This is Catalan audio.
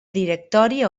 directori